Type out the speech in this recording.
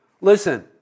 Listen